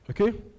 okay